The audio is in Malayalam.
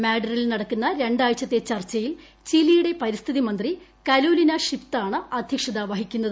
മാഡ്രിഡിൽ നടക്കുന്ന രണ്ടാഴ്ചത്തെ ചർച്ചയിൽ ചിലിയുടെ പരിസ്ഥിതി മന്ത്രി കരോലിന ഷ്മിതാണ് അധ്യക്ഷത വഹിക്കുന്നത്